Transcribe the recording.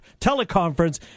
teleconference